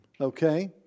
okay